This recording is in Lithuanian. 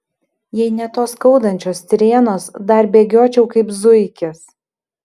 jei ne tos skaudančios strėnos dar bėgiočiau kaip zuikis